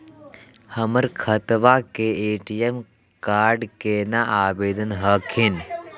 हमर खतवा के ए.टी.एम कार्ड केना आवेदन हखिन?